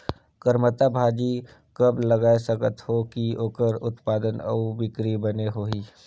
करमत्ता भाजी कब लगाय सकत हो कि ओकर उत्पादन अउ बिक्री बने होही?